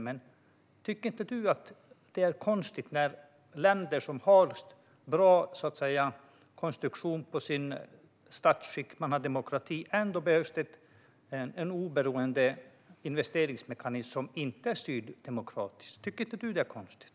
Tycker inte Lars Hjälmered att det är konstigt att det ska behövas en oberoende investeringsmekanism som inte är demokratiskt styrd när det handlar om länder som har en bra demokratisk konstruktion på sitt statsskick?